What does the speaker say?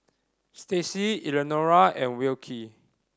Stacie Elenora and Wilkie